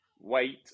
wait